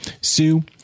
Sue